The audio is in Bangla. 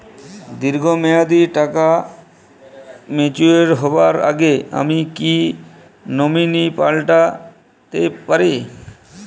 দীর্ঘ মেয়াদি টাকা ম্যাচিউর হবার আগে আমি কি নমিনি পাল্টা তে পারি?